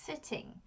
sitting